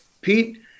Pete